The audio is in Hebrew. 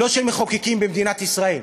לא של מחוקקים במדינת ישראל.